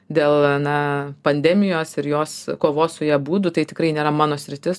dėl na pandemijos ir jos kovos su ja būdų tai tikrai nėra mano sritis